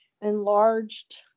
enlarged